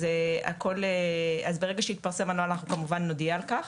אז ברגע שיתפרס הנוהל אנחנו כמובן נודיע על כך.